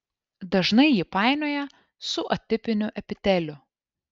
dažnai jį painioja su atipiniu epiteliu